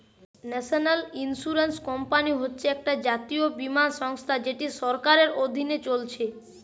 national insurance company হচ্ছে একটা জাতীয় বীমা সংস্থা যেটা সরকারের অধীনে চলছে